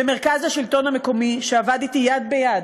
למרכז השלטון המקומי, שעבד אתי יד ביד